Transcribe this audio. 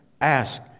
Ask